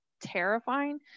terrifying